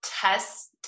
test